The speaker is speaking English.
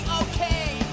okay